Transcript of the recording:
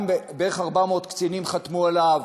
שבערך 400 קצינים חתמו עליו.